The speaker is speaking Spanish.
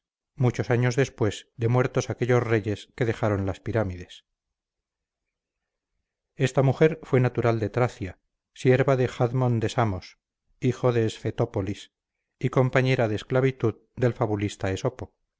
muchos años después de muertos aquellos reyes que dejaron las pirámides esta mujer fue natural de tracia sierva de jadmon de samos hijo de efestopolis y compañera de esclavitud del fabulista esopo